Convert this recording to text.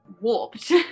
warped